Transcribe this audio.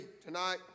tonight